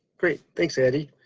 great. thanks addie.